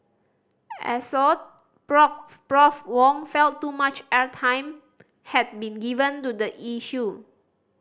Assoc Prof Wong felt too much airtime had been given to the issue